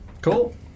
Cool